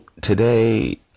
today